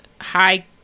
high